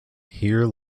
here